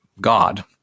God